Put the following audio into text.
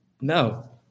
No